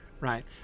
right